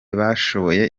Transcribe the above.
bashoboye